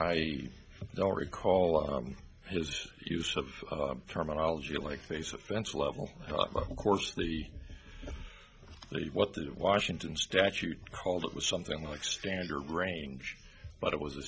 i don't recall his use of terminology like face offense level of course the what the washington statute called it was something like standard range but it was a